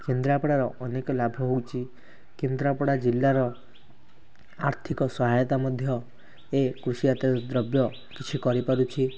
କେନ୍ଦ୍ରାପଡ଼ାର ଅନେକ ଲାଭ ହେଉଛି କେନ୍ଦ୍ରାପଡ଼ା ଜିଲ୍ଲାର ଆର୍ଥିକ ସହାୟତା ମଧ୍ୟ ଏ କୃଷିଜାତ ଦ୍ରବ୍ୟ କିଛି କରିପାରୁଛି